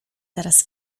teraz